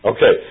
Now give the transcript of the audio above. Okay